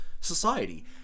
society